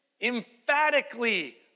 emphatically